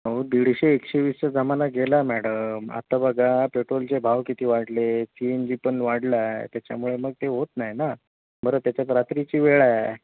अहो दीडशे एकशेवीसचा जमाना गेला मॅडम आता बघा पेट्रोलचे भाव किती वाढले आहेत सी एन जी पण वाढला आहे काय त्याच्यामुळे मग ते होत नाही ना बरं त्याच्यात रात्रीची वेळ आहे